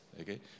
okay